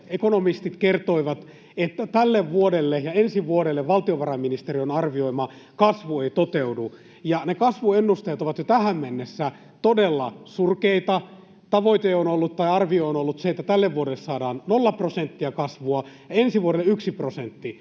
ekonomistit kertoivat, että tälle vuodelle ja ensi vuodelle valtiovarainministeriön arvioima kasvu ei toteudu, ja ne kasvuennusteet ovat jo tähän mennessä todella surkeita: tavoite tai arvio on ollut, että tälle vuodelle saadaan nolla prosenttia kasvua ja ensi vuodelle yksi prosentti.